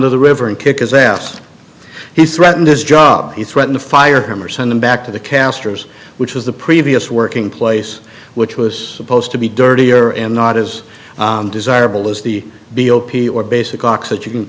to the river and kick his ass he threatened his job he threatened to fire him or send him back to the casters which was the previous working place which was supposed to be dirtier and not as desirable as the b o p or basic oxygen